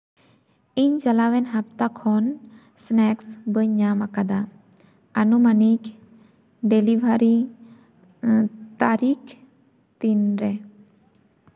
ᱤᱧ ᱪᱟᱞᱟᱣᱮᱱ ᱦᱟᱯᱛᱟ ᱠᱷᱚᱱ ᱥᱱᱮᱠᱥ ᱵᱟᱹᱧ ᱧᱟᱢ ᱟᱠᱟᱫᱟ ᱟᱹᱱᱩᱢᱟᱱᱤᱠ ᱰᱮᱞᱤᱵᱷᱟᱨᱤ ᱛᱟᱹᱨᱤᱠᱷ ᱛᱤᱱᱨᱮ